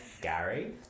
Gary